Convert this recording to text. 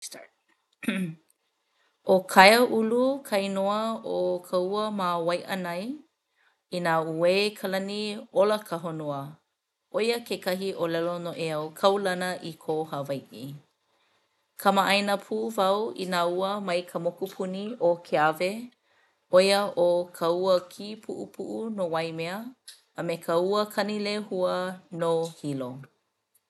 ʻO Kaiāulu ka inoa o ka ua ma Waiʻanae. Inā uē ka lani ola ka honua ʻo ia kekahi ʻōlelo noʻeau kaulana i kō Hawaiʻi. Kamaʻāina pū wau i nā ua mai ka mokupuni o Keawe ʻo ia ʻo ka ua Kīpuʻupuʻu no Waimea a me ka ua Kanilehua no Hilo.